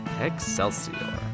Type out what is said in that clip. Excelsior